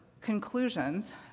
conclusions